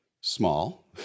small